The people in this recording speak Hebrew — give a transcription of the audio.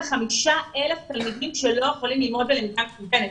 375,000 תלמידים שלא יכולים ללמוד בלמידה מקוונת.